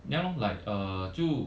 ya lor like uh 就